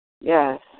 Yes